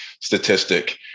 statistic